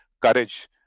courage